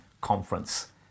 conference